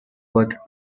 worth